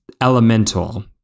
Elemental